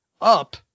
up